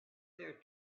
their